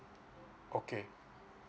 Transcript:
okay